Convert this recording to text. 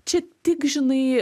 čia tik žinai